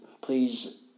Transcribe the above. please